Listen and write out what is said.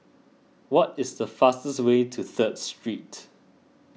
what is the fastest way to Third Street